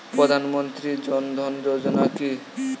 প্রধান মন্ত্রী জন ধন যোজনা কি?